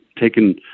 taken